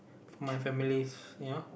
for my families ya